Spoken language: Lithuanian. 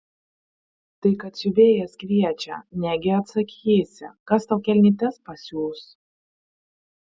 tai kad siuvėjas kviečia negi atsakysi kas tau kelnytes pasiūs